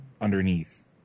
underneath